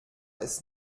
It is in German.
ist